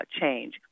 change